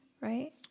right